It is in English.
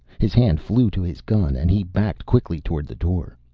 his hand flew to his gun and he backed quickly toward the door.